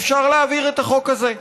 אפשר להעביר את החוק הזה.